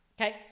Okay